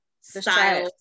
style